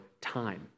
time